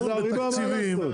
לדון בתקציבים,